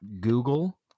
Google